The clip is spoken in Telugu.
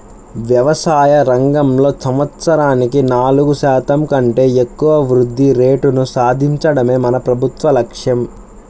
వ్యవసాయ రంగంలో సంవత్సరానికి నాలుగు శాతం కంటే ఎక్కువ వృద్ధి రేటును సాధించడమే మన ప్రభుత్వ లక్ష్యం